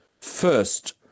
First